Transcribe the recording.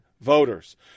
voters